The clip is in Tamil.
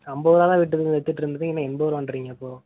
ஐம்பது ருபாதான் ரேட்டு வித்துட்டு இருந்தது என்ன என்பதுருவான்றீங்க இப்போ